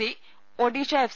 C Odisha F